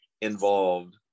involved